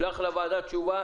תשלח תשובה לוועדה,